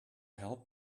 help